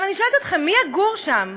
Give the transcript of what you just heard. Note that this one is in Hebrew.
אני שואלת אתכם: מי יגור שם?